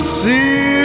see